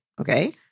Okay